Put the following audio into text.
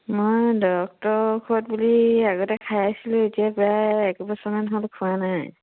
মই ডক্টৰ ঔষধ বুলি আগতে খাই আছিলোঁ এতিয়া প্ৰায় একবছৰমান হ'ল খোৱা নাই